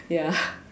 ya